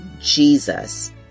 Jesus